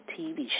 TV